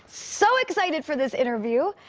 so excited for this interview.